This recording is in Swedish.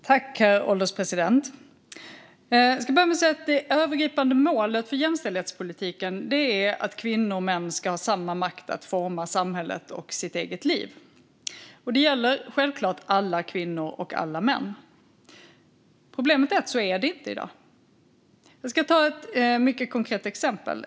Herr ålderspresident! Det övergripande målet för jämställdhetspolitiken är att kvinnor och män ska ha samma makt att forma samhället och sitt eget liv. Det gäller självklart alla kvinnor och alla män. Problemet är att det inte är på det sättet i dag. Jag ska ta ett mycket konkret exempel.